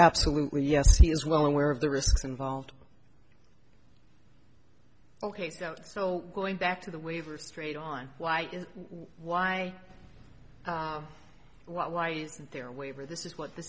absolutely yes he is well aware of the risks involved ok so going back to the waiver straight on why why why there waiver this is what th